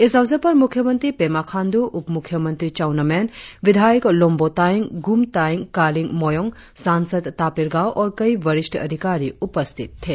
इस अवसर पर मुख्यमंत्री पेमा खाण्डूउपमुख्यमंत्री चाउना मैन विधायक लोंबो तायेंग गुम तायेंग कालिंग मोयोंग सांसद तापिर गाव और कई वरिष्ठ अधिकारी उपस्थित थे